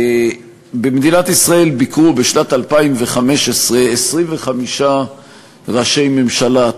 במדינת ישראל ביקרו בשנת 2015 25 ראשי ממשלה,